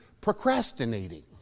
procrastinating